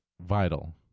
vital